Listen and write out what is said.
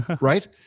right